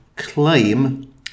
claim